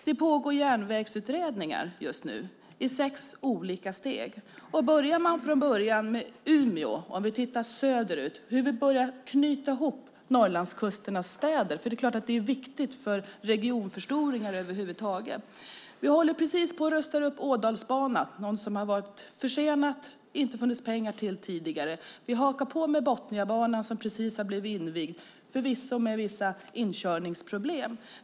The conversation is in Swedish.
Det pågår just nu järnvägsutredningar i sex olika steg. Börjar man från början med Umeå och tittar söderut ser vi hur vi börjar knyta ihop Norrlandskustens städer, för det är klart att det är viktigt för regionförstoringar över huvud taget. Vi håller precis på att rusta upp Ådalsbanan, något som har varit försenat och som det inte har funnits pengar till tidigare. Vi hakar på med Botniabanan som precis har blivit invigd, förvisso med vissa inkörningsproblem.